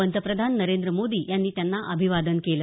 पंतप्रधान नरेंद्र मोदी यांनी त्यांना अभिवादन केलं